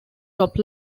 top